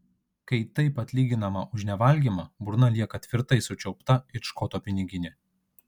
kai taip atlyginama už nevalgymą burna lieka tvirtai sučiaupta it škoto piniginė